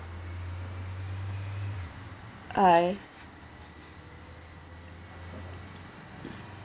I